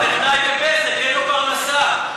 טכנאי ב"בזק", אין לו פרנסה.